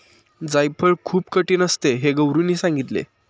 जायफळ खूप कठीण असते हे गौरीने सांगितले